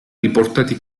riportati